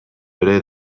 ere